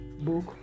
book